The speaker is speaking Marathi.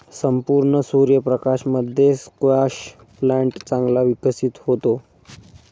संपूर्ण सूर्य प्रकाशामध्ये स्क्वॅश प्लांट चांगला विकसित होतो